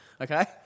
okay